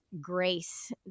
grace